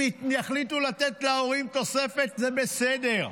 אם יחליטו לתת להורים תוספת זה בסדר,